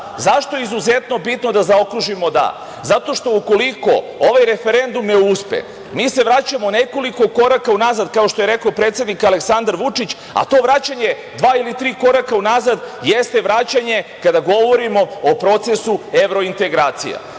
Zašto je izuzetno bitno da zaokružimo „da“?Zato što ukoliko ovaj referendum ne uspe mi se vraćamo nekoliko koraka unazad, kao što je rekao predsednik Aleksandar Vučić, a to vraćanje dva ili tri koraka unazad jeste vraćanje kada govorimo o procesu evrointegracija. Mi